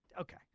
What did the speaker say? Okay